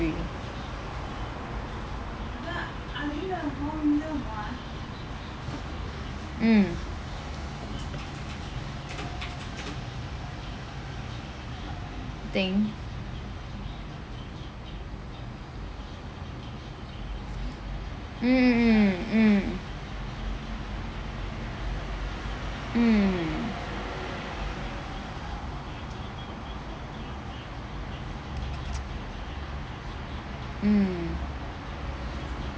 mm thing mm mm mm mm mm mm